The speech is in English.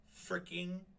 freaking